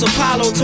Apollo